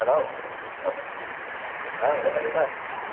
hello औ M L A sir